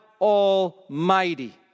Almighty